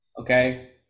okay